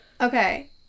okay